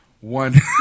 one